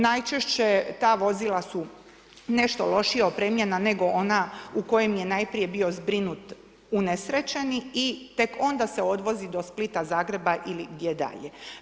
Najčešće ta vozila su nešto lošija opremljena, nego ona u kojem je najprije bio zbrinut unesrećeni i tek onda se odvozi do Splita, Zagreba ili gdje dalje.